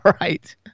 right